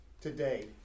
today